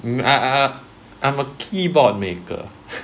I I I I'm a keyboard maker